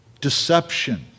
deception